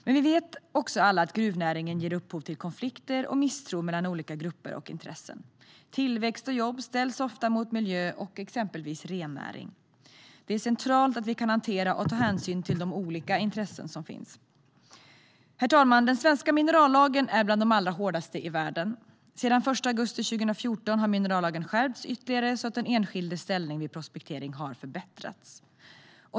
Men vi vet också att gruvnäringen ger upphov till konflikter och misstro mellan olika grupper och intressen. Tillväxt och jobb ställs ofta mot miljö och exempelvis rennäring. Det är centralt att vi kan hantera och ta hänsyn till de olika intressen som finns. Herr talman! Den svenska minerallagen är bland de allra hårdaste i världen. Den 1 augusti 2014 skärptes minerallagen ytterligare så att den enskildes ställning vid prospektering har förbättrats.